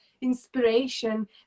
inspiration